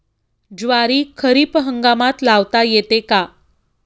ज्वारी खरीप हंगामात लावता येते का?